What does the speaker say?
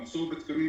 המחסור בתקנים